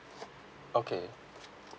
okay